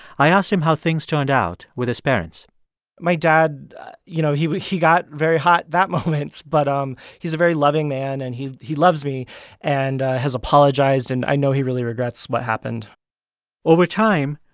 i asked him how things turned out with his parents my dad you know, he he got very hot that moment, but um he's a very loving man, and he he loves me and has apologized, and i know he really regrets what happened over time,